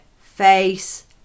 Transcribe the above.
Face